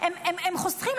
הם חוסכים.